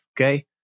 Okay